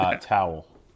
Towel